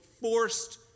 forced